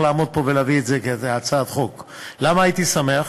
והייתי שמח